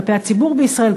כלפי הציבור בישראל,